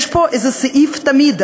יש פה איזה סעיף תמיד,